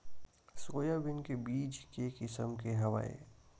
Soybean के बीज के किसम के हवय?